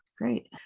great